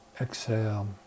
exhale